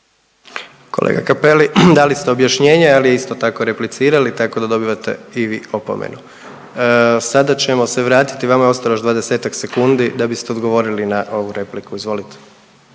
Kolega Cappelli dali ste objašnjenje, ali isto tako replicirali tako da dobivate i vi opomenu. Sada ćemo se vratiti, vama je ostalo još 20-ak sekundi da biste odgovorili na ovu repliku. Izvolite.